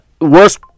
worst